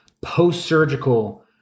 post-surgical